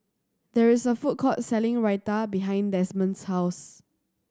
there is a food court selling Raita behind Desmond's house